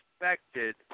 expected